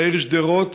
והעיר שדרות,